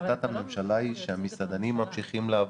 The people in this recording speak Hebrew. החלטת הממשלה שהמסעדנים ממשיכים לעבוד.